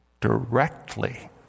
directly